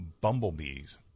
Bumblebees